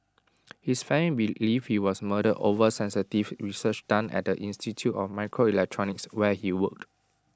his family believe he was murdered over sensitive research done at the institute of microelectronics where he worked